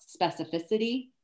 specificity